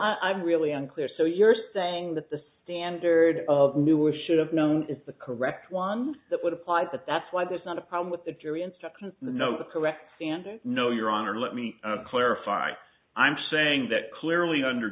i'm really unclear so you're saying that the standard of knew or should have known is the correct one that would apply that that's why there's not a problem with the jury instruction the no the correct standard no your honor let me clarify i'm saying that clearly under